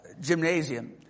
gymnasium